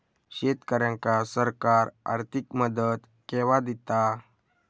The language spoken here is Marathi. शेतकऱ्यांका सरकार आर्थिक मदत केवा दिता?